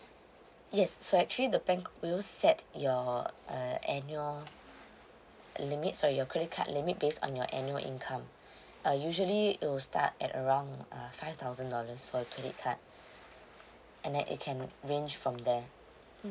yes so actually the bank will set your uh annual limit sorry your credit card limit based on your annual income uh usually it'll start at around uh five thousand dollars for a credit card and then it can range from there mm